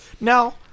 Now